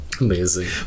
Amazing